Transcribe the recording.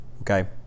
Okay